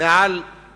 מתחת